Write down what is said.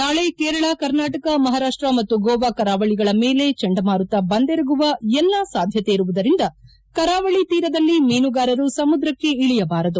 ನಾಳೆ ಕೇರಳ ಕರ್ನಾಟಕ ಮಹಾರಾಷ್ಷ ಮತ್ತು ಗೋವಾ ಕರಾವಳಿಗಳ ಮೇಲೆ ಚಂಡಮಾರುತ ಬಂದೆರಗುವ ಎಲ್ಲ ಸಾಧ್ಯತೆ ಇರುವುದರಿಂದ ಕೆರಾವಳಿ ತೀರದಲ್ಲಿ ಮೀನುಗಾರರು ಸಮುದ್ರಕ್ಷೆ ಇಳಿಯಬಾರದು